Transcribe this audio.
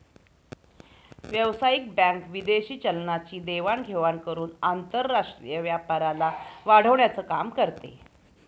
व्यावसायिक बँक विदेशी चलनाची देवाण घेवाण करून आंतरराष्ट्रीय व्यापाराला वाढवण्याचं काम करते